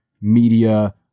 media